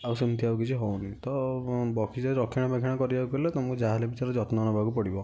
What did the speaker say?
ଆଉ ସେମିତି ଆଉ କିଛି ହଉନି ତ ବଗିଚାର ରକ୍ଷଣାବେକ୍ଷଣ କରିବାକୁ ହେଲେ ତମକୁ ଯାହେଲେ ବି ଯତ୍ନ ନବାକୁ ପଡ଼ିବ